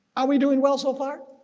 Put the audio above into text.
are we doing well so far?